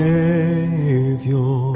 Savior